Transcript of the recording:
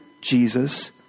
Jesus